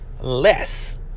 less